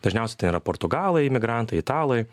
dažniausiai tai yra portugalai imigrantai italai